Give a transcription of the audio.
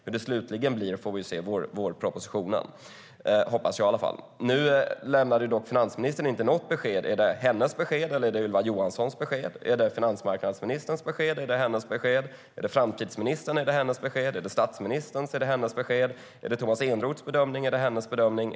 Hur det slutligen blir får vi se i vårpropositionen, hoppas jag. Nu lämnade inte finansministern något besked. Är det hennes besked eller är det Ylva Johanssons besked? Är det finansmarknadsministerns besked eller är det finansministerns besked? Är det framtidsministerns besked eller är det finansministerns besked? Är det statsministerns besked eller är det finansministerns besked? Är det Tomas Eneroths bedömning eller är det finansministerns bedömning?